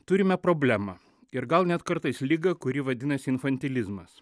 turime problemą ir gal net kartais ligą kuri vadinasi infantilizmas